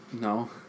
No